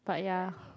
but ya